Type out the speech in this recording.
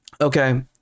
okay